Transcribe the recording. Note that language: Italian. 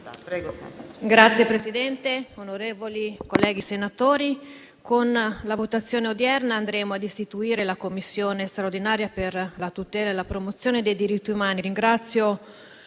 Signor Presidente, onorevoli colleghi, con la votazione odierna andremo ad istituire la Commissione straordinaria per la tutela e la promozione dei diritti umani. Ringrazio